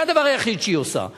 זה הדבר היחיד שהיא עושה.